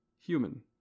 Human